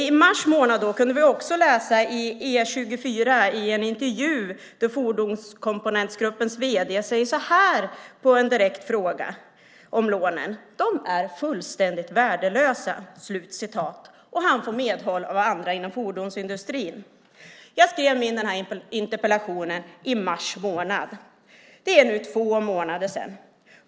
I mars kunde vi också läsa i en intervju i E 24, där Fordonskomponentgruppens vd säger så här som svar på en direkt fråga om lånen: "De är fullständigt värdelösa." Han får medhåll av andra inom fordonsindustrin. Jag skrev min interpellation i mars. Det är nu två månader sedan.